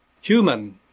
Human